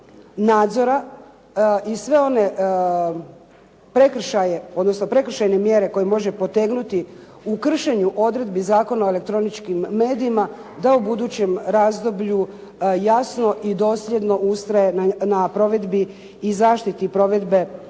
nadzora i sve one prekršaje, odnosno prekršajne mjere koje može potegnuti u kršenju odredbi Zakona o elektroničkim medijima, da u budućem razdoblju jasno i dosljedno ustraje na provedbi i zaštiti provedbe,